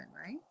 right